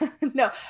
No